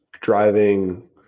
driving